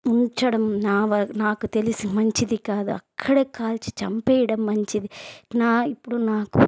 ఉంచడం నావ నాకు తెలిసి మంచిది కాదు అక్కడే కాల్చి చంపేయడం మంచిది నా ఇప్పుడు నాకు